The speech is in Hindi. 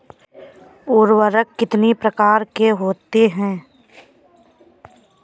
उर्वरक कितनी प्रकार के होते हैं?